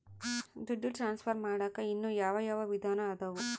ದುಡ್ಡು ಟ್ರಾನ್ಸ್ಫರ್ ಮಾಡಾಕ ಇನ್ನೂ ಯಾವ ಯಾವ ವಿಧಾನ ಅದವು?